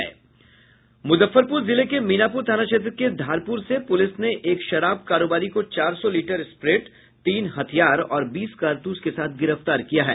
मुजफ्फरपुर जिले के मीनापुर थाना क्षेत्र के धारपुर से पुलिस ने एक शराब कारोबारी को चार सौ लीटर स्प्रिट तीन हथियार और बीस कारतूस के साथ गिरफ्तार किया है